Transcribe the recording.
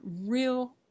real